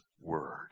word